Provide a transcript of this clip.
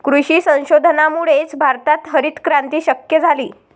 कृषी संशोधनामुळेच भारतात हरितक्रांती शक्य झाली